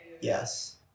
Yes